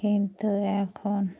কিন্তু এখন